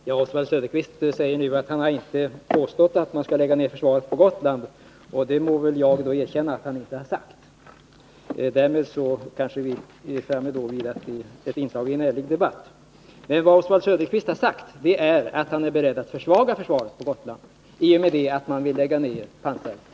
Herr talman! Oswald Söderqvist säger nu att han inte har påstått att man skall lägga ned försvaret på Gotland. Det må jag väl då erkänna att han inte har sagt. Därmed kanske vi har en ärlig debatt. Men vad Oswald Söderqvist har sagt är att han är beredd att försvaga försvaret på Gotland, i och med att han vill lägga ned pansartrupperna.